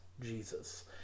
Jesus